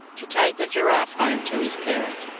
to take the giraffe home to his parent,